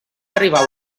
arribar